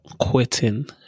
quitting